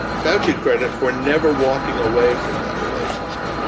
foushee credit for never walking away from that relationship.